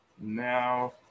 Now